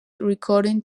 recording